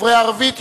דוברי ערבית,